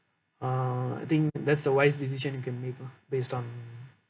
uh I think that's a wise decision you can make lah based on